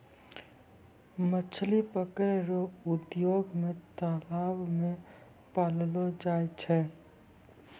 मछली पकड़ै रो उद्योग मे तालाब मे पाललो जाय छै